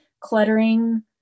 cluttering